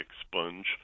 expunge